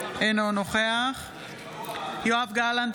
אינו נוכח יואב גלנט,